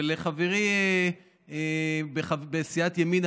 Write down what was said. ולחברי בסיעת ימינה,